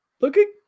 looking